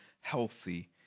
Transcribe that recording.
healthy